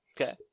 Okay